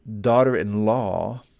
daughter-in-law